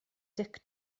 dic